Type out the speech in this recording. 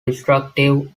destructive